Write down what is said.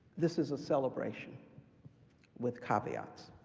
this is a celebration with caveats.